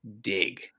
dig